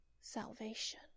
salvation